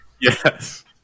Yes